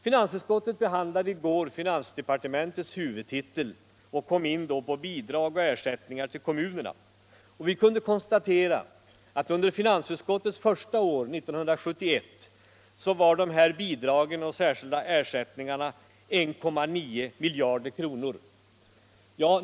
Finansutskottet behandlade i går finansdepartementets huvudtitel och kom då in på bidrag och ersättningar till kommunerna. Vi kunde konstatera att under finansutskottets första år, 1971, var de här beloppen 1,9 miljarder kronor.